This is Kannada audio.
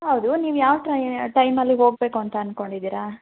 ಹೌದು ನೀವು ಯಾವ ಟ್ರೈ ಟೈಮಲ್ಲಿ ಹೋಗಬೇಕು ಅಂತ ಅನ್ಕೊಂಡಿದಿರ